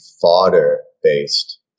fodder-based